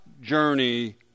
journey